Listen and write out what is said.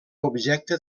objecte